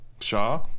Shaw